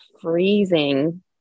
freezing